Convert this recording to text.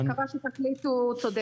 תודה, אני מקווה שתחליטו צודק.